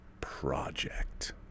project